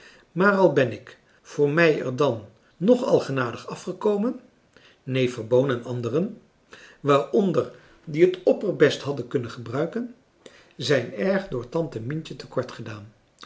maar al ben ik voor mij er dan nog al genadig afgekomen neef verboon en anderen waaronder die het opperbest hadden kunnen gebruiken zijn erg door tante mientje tekort gedaan